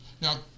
Now